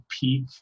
peak